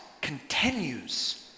continues